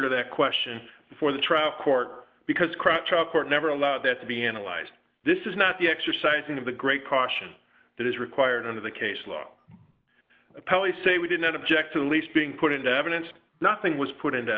to that question for the traffic court because crouch of court never allowed that to be analyzed this is not the exercising of the great caution that is required under the case law appellee say we did not object to the lease being put into evidence nothing was put into